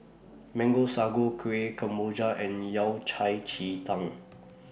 Mango Sago Kuih Kemboja and Yao Cai Ji Tang